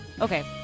Okay